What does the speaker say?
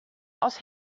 aus